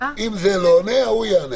אם זה לא עונה, ההוא יענה.